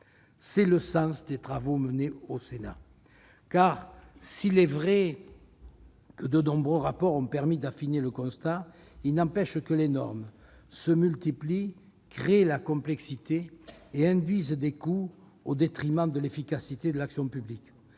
est le sens des travaux menés au Sénat. En effet, s'il est vrai que de nombreux rapports ont permis d'affiner le constat, il n'empêche que les normes se multiplient, créent la complexité et induisent des coûts au détriment de l'efficacité de l'action publique.